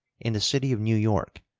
in the city of new york,